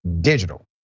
Digital